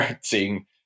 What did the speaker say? seeing